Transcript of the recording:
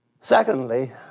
Secondly